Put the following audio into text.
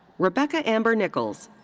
rebecca amber nichols.